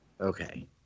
Okay